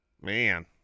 Man